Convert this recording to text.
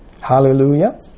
Hallelujah